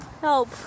help